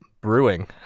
brewing